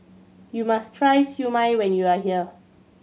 you must try Siew Mai when you are here